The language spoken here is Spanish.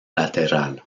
lateral